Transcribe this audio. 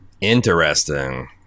Interesting